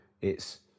It's-